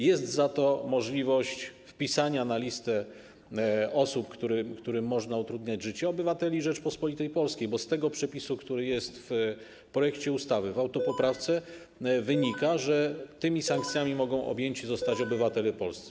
Jest za to możliwość wpisania na listę osób, którym można utrudniać życie, obywateli Rzeczypospolitej Polskiej, bo z tego przepisu, który jest w projekcie ustawy czy w autopoprawce wynika, że tymi sankcjami mogą objęci zostać obywatele polscy.